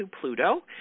Pluto